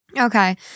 okay